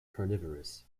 carnivorous